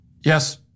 Yes